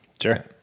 Sure